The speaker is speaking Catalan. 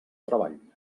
treball